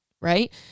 right